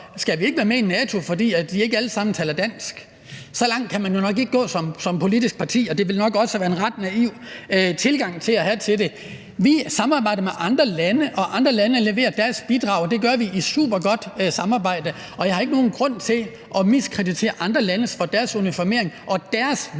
Skal vi så ikke være med i NATO, fordi de ikke alle sammen taler dansk? Så langt kan man nok ikke gå som politisk parti, og det ville nok også være en ret naiv tilgang at have til det. Vi samarbejder med andre lande, og andre lande leverer deres bidrag. Det gør vi i et super godt samarbejde. Jeg har ikke nogen grund til at miskreditere andre lande for deres uniformering og for deres valg.